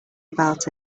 about